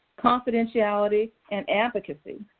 confidentiality, and advocacy.